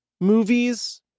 movies